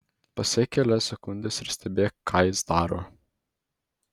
pasek kelias sekundes ir stebėk ką jis daro